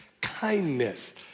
Kindness